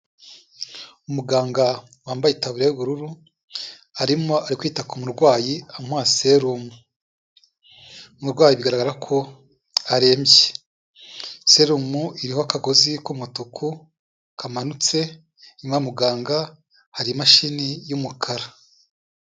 Umuganga wambaye itaburiya y'ubururu, arimo ari kwita ku murwayi amuha serumu, umurwayi bigaragara ko arembye, serumu iriho akagozi k'umutuku kamanutse, inyuma ya muganga hari imashini y'umukara.